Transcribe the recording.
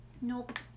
Nope